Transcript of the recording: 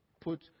put